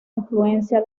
influencia